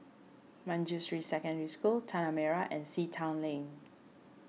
Manjusri Secondary School Tanah Merah and Sea Town Lane